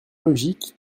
logique